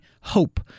hope